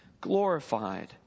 glorified